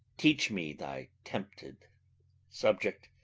teach me, thy tempted subject,